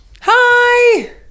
Hi